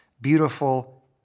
beautiful